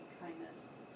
kindness